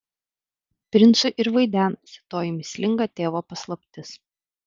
princui ir vaidenasi toji mįslinga tėvo paslaptis